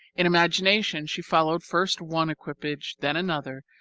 in imagination she followed first one equipage, then another,